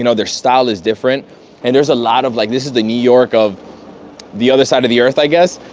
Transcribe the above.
you know their style is different and there's a lot of like, this is the new york of the other side of the earth i guess.